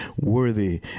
worthy